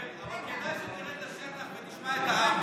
אבל כדאי שתראה את השטח ותשמע את העם.